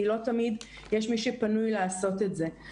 כי לא תמיד יש מי שפנוי לעשות את זה את זה.